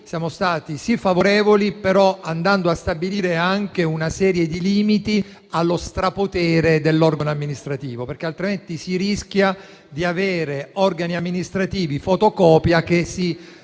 Siamo stati favorevoli, ma andando a stabilire, al contempo, una serie di limiti allo strapotere dell'organo amministrativo, per evitare il rischio di avere organi amministrativi fotocopia che si